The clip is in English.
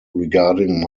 regarding